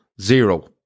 Zero